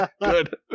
good